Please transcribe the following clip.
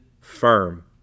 firm